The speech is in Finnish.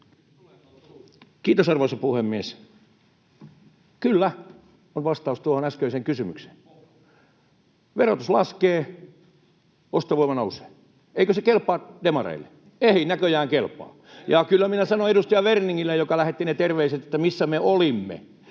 Kiitos, arvoisa puhemies! ”Kyllä” on vastaus tuohon äskeiseen kysymykseen. Verotus laskee, ostovoima nousee — eikö se kelpaa demareille? Ei näköjään kelpaa. [Joona Räsäsen välihuuto] Edustaja Werningille, joka lähetti ne terveiset, että missä me olimme,